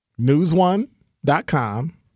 Newsone.com